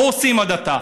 לא עושים הדתה.